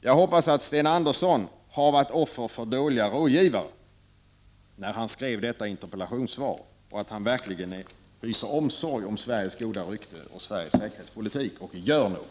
Jag hoppas att Sten Andersson var offer för dåliga rådgivare när han skrev detta interpellationssvar och att han verkligen hyser omsorg om Sveriges goda rykte och Sveriges säkerhetspolitik — och gör något.